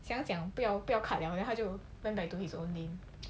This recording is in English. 讲讲不要不要 cut liao then 他就 went back to his own lane